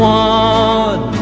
one